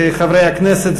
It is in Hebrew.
חברי הכנסת,